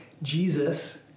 Jesus